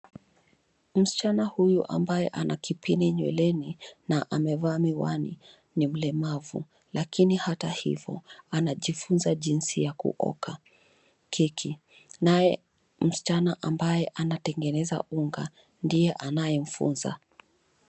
Msichana huyu ambaye ana kipini nyweleni na amevaa miwani, ni mlemavu, lakini hata hivyo anajifunza jinsi ya kuoka keki. Naye msichana ambaye anatengeneza unga ndiye anayemfunza.